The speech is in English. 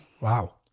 Wow